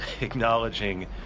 acknowledging